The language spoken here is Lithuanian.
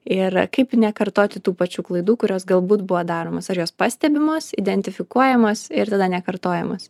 ir kaip nekartoti tų pačių klaidų kurios galbūt buvo daromos ar jos pastebimos identifikuojamos ir tada nekartojamos